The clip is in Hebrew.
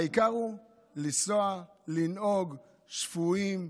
העיקר לנסוע ולנהוג שפויים,